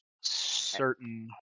certain